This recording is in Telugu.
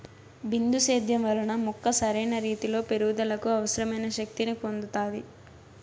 బిందు సేద్యం వలన మొక్క సరైన రీతీలో పెరుగుదలకు అవసరమైన శక్తి ని పొందుతాది